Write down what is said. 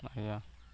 ଆଜ୍ଞା